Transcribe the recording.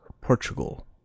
Portugal